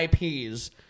IPs